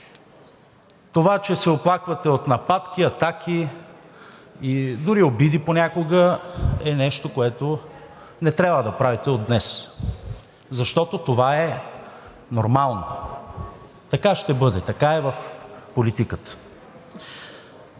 Това, че се оплаквате от нападки, атаки, дори обиди понякога, е нещо, което не трябва да правите от днес, защото това е нормално. Така ще бъде, така е в политиката.